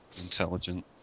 intelligent